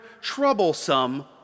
troublesome